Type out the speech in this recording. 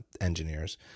engineers